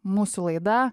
mūsų laida